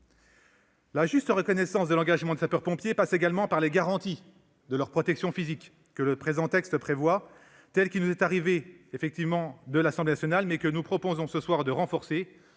La juste reconnaissance de l'engagement des sapeurs-pompiers passe également par les garanties de leur protection physique, que le présent texte, tel qu'il nous est arrivé de l'Assemblée nationale, propose de renforcer